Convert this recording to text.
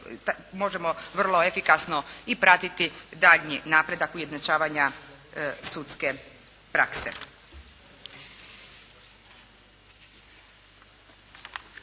možemo vrlo efikasno i pratiti daljnji napredak ujednačavanja sudske prakse.